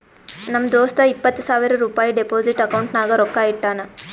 ನಮ್ ದೋಸ್ತ ಇಪ್ಪತ್ ಸಾವಿರ ರುಪಾಯಿ ಡೆಪೋಸಿಟ್ ಅಕೌಂಟ್ನಾಗ್ ರೊಕ್ಕಾ ಇಟ್ಟಾನ್